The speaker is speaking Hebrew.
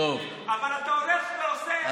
אבל אתה הולך ועושה תקנות